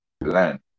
learn